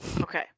Okay